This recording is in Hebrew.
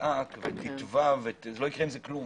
ותצעק ותתבע, לא יקרה עם זה כלום.